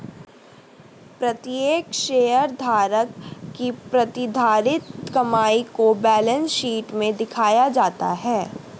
प्रत्येक शेयरधारक की प्रतिधारित कमाई को बैलेंस शीट में दिखाया जाता है